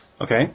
Okay